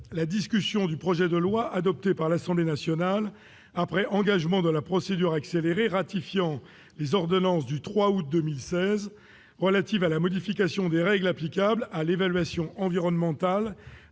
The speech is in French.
la discussion du projet de loi, adopté par l'Assemblée nationale après engagement de la procédure accélérée, ratifiant les ordonnances n° 2016-1058 du 3 août 2016 relative à la modification des règles applicables à l'évaluation environnementale